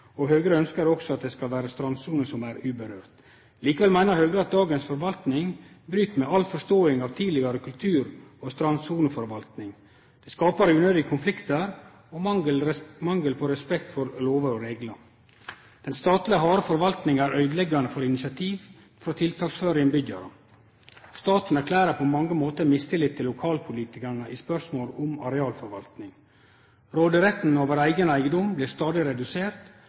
Høgre ønskjer også at det skal vere strandsoner som er urørte. Likevel meiner Høgre at dagens forvalting bryt med all forståing av tidlegare kultur- og strandsoneforvalting. Det skaper unødige konfliktar og mangel på respekt for lover og reglar. Den statlege harde forvaltinga er øydeleggjande for initiativ frå tiltaksføre innbyggjarar. Staten erklærer på mange måtar mistillit til lokalpolitikarane i spørsmål om arealforvalting. Råderetten over eigen eigedom blir stadig redusert,